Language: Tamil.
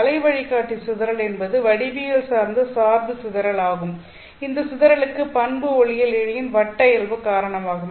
அலை வழிகாட்டி சிதறல் என்பது வடிவியல் சார்ந்த சார்பு சிதறல் ஆகும் இந்த சிதறலுக்கு பண்பு ஒளியியல் இழையின் வட்ட இயல்பு காரணமாகும்